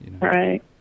Right